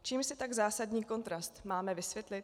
Čím si tak zásadní kontrast máme vysvětlit?